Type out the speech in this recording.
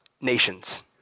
nations